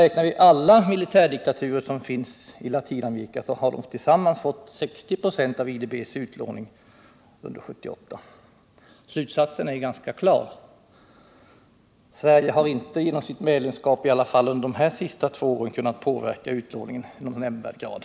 Räknar vi med alla militärdiktaturer i Latinamerika, finner vi att de tillsammans har fått 60 26 av IDB:s utlåning 1978. Slutsatsen är ganska klar: Sverige har i alla fall inte genom sitt medlemskap under de två senaste åren kunnat påverka utlåningen i någon nämnvärd grad.